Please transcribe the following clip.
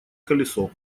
колесо